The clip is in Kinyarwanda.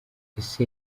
ese